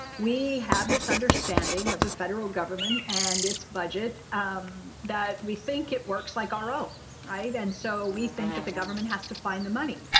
we have this understanding of the federal government and its budget um that we think it works like our own right. and so we think that the government has to find the money.